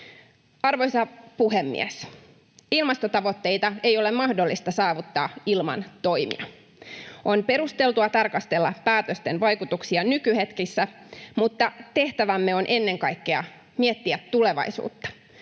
Arvoisa puhemies! Ilmastotavoitteita ei ole mahdollista saavuttaa ilman toimia. On perusteltua tarkastella päätösten vaikutuksia nykyhetkessä, mutta tehtävämme on ennen kaikkea miettiä tulevaisuutta.